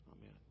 Amen